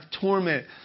torment